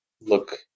look